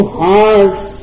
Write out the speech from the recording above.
hearts